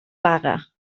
paga